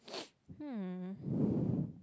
hmm